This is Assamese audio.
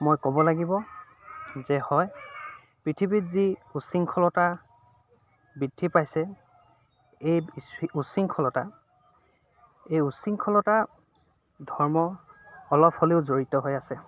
মই ক'ব লাগিব যে হয় পৃথিৱীত যি উশৃংখলতা বৃদ্ধি পাইছে এই উশৃংখলতা এই উচিংখলতা ধৰ্ম অলপ হ'লেও জড়িত হৈ আছে